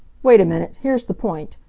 wait a minute. here's the point.